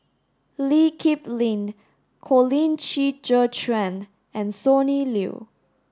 Lee Kip Lin Colin Qi Zhe Quan and Sonny Liew